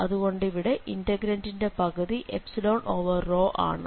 അതുകൊണ്ട് ഇവിടെ ഇന്റഗ്രന്റിന്റെ പരിധി ആണ്